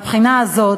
מהבחינה הזאת,